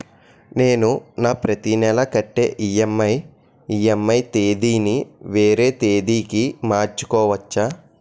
నేను నా ప్రతి నెల కట్టే ఈ.ఎం.ఐ ఈ.ఎం.ఐ తేదీ ని వేరే తేదీ కి మార్చుకోవచ్చా?